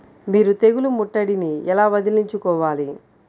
మీరు తెగులు ముట్టడిని ఎలా వదిలించుకోవాలి?